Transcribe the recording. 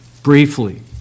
Briefly